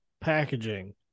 packaging